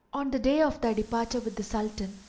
on the day of thy departure with the sultan,